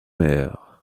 meilleurs